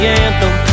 anthem